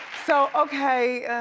so, okay,